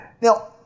Now